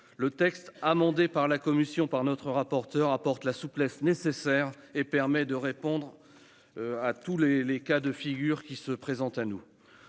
Le texte amendé par la commission et notre rapporteur apporte la souplesse nécessaire et permet de répondre à tous les cas de figure qui se présentent à nous.